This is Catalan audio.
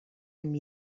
hem